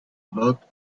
blot